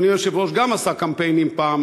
אדוני היושב-ראש גם עשה קמפיינים פעם,